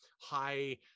high